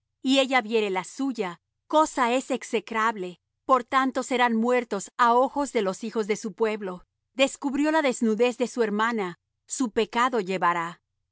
y ella viere la suya cosa es execrable por tanto serán muertos á ojos de los hijos de su pueblo descubrió la desnudez de su hermana su pecado llevará